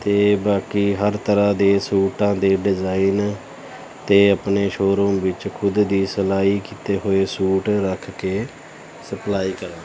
ਅਤੇ ਬਾਕੀ ਹਰ ਤਰ੍ਹਾਂ ਦੇ ਸੂਟਾਂ ਦੇ ਡਿਜ਼ਾਇਨ ਅਤੇ ਆਪਣੇ ਸ਼ੋਰੂਮ ਵਿੱਚ ਖੁਦ ਦੀ ਸਿਲਾਈ ਕੀਤੇ ਹੋਏ ਸੂਟ ਰੱਖ ਕੇ ਸਪਲਾਈ ਕਰਾਂ